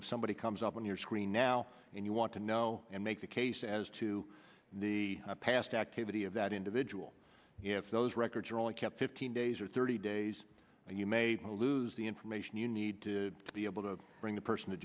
if somebody comes up on your screen now and you want to know and make the case as to the past activity of that individual if those records are only kept fifteen days or thirty days you may lose the information you need to be able to bring the person to